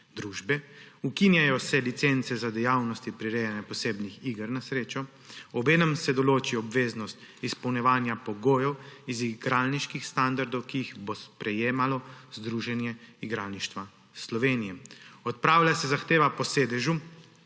družbe; ukinjajo se licence za dejavnosti prirejanja posebnih iger na srečo, obenem se določi obveznost izpolnjevanja pogojev iz igralniških standardov, ki jih bo sprejemalo Združenje igralništva Slovenije; odpravlja se zahteva po sedežu